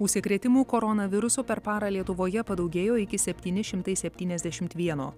užsikrėtimų koronavirusu per parą lietuvoje padaugėjo iki septyni šimtai septyniasdešimt vieno